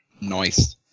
Nice